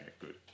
good